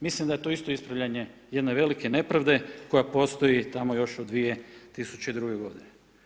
Mislim da je to isto ispravljanje jedne velike nepravde koja postoji tamo još od 2002. godine.